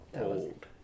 old